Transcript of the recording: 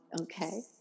Okay